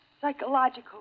psychological